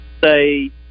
say